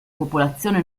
popolazione